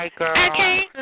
Okay